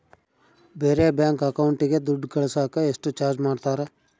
ಬೇರೆ ಬ್ಯಾಂಕ್ ಅಕೌಂಟಿಗೆ ದುಡ್ಡು ಕಳಸಾಕ ಎಷ್ಟು ಚಾರ್ಜ್ ಮಾಡತಾರ?